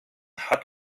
hat